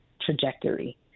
trajectory